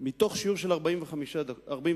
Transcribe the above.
מתוך שיעור של 45 דקות,